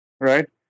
right